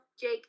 Jake